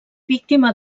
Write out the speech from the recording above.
víctima